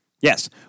Yes